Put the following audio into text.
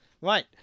Right